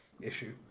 issue